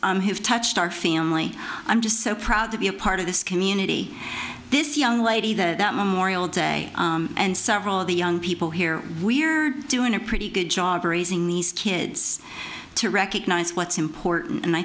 groups have touched our family i'm just so proud to be a part of this community this young lady that memorial day and several of the young people here we're doing a pretty good job raising these kids to recognize what's important and i